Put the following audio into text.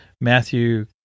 Matthew